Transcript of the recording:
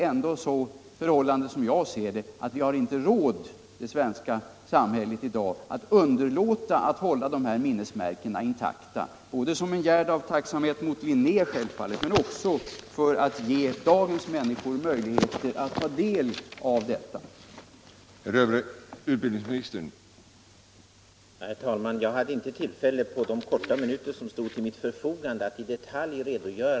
Jag anser att det svenska samhället inte har råd att underlåta att hålla de här minnesmärkena intakta, dels som en gärd av tacksamhet mot Linné, dels för att ge dagens och morgondagens människor en möjlighet att ta del av samlingarna och de levande miljöerna.